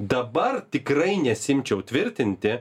dabar tikrai nesiimčiau tvirtinti